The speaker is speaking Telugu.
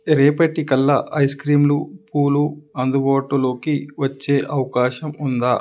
రేపటి కల్లా ఐస్ క్రీంలు పూలు అందుబాటులోకి వచ్చే అవకాశం ఉందా